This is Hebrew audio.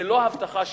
זה לא הבטחה שלטונית?